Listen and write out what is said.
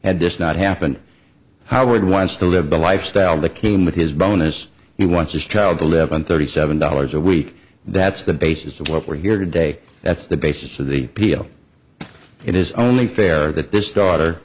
had this not happened howard wants to live the lifestyle that came with his bonus he wants his child eleven thirty seven dollars a week that's the basis of what we're here today that's the basis of the peel it is only fair that this daughter